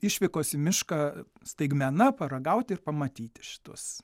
išvykos į mišką staigmena paragauti ir pamatyti šitas